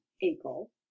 april